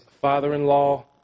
father-in-law